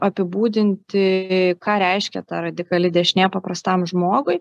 apibūdinti ką reiškia ta radikali dešinė paprastam žmogui